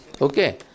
Okay